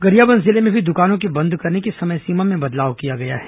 गरियाबंद जिले में भी दुकानों के बंद करने की समय सीमा में बदलाव किया गया है